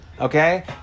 Okay